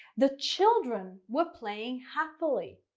the children were playing happily